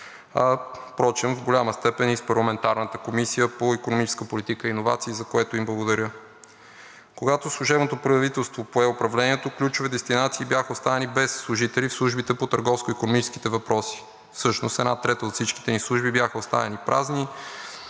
Впрочем и в голяма степен с парламентарната Комисия по икономическа политика и иновации, за което им благодаря. Когато служебното правителство пое управлението, ключови дестинации бяха останали без служители в службите по търговско-икономическите въпроси. Всъщност една трета от всичките ни служби бяха останали празни,